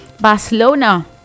barcelona